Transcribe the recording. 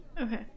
Okay